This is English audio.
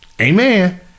Amen